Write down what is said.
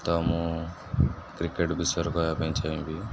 ତ ମୁଁ କ୍ରିକେଟ ବିଷୟରେ କହିବା ପାଇଁ ଚାହିଁବି